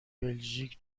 بلژیک